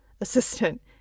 assistant